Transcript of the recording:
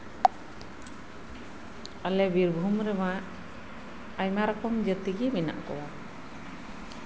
ᱟᱞᱮ ᱵᱤᱨᱵᱷᱩᱢ ᱨᱮᱢᱟ ᱟᱭᱢᱟ ᱨᱚᱠᱚᱢ ᱡᱟᱹᱛᱤᱜᱮ ᱢᱮᱱᱟᱜ ᱠᱚᱣᱟ